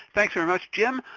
thanks very much jim.